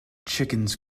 chickens